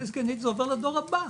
נזק גנטי זה עובר לדור הבא,